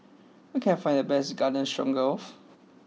where can I find the best Garden Stroganoff